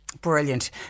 Brilliant